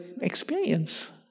experience